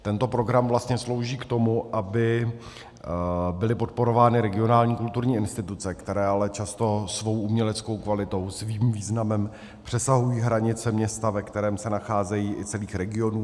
Tento program vlastně slouží k tomu, aby byly podporovány regionální kulturní instituce, které ale často svou uměleckou kvalitou a svým významem přesahují hranice města, ve kterém se nacházejí, i celých regionů.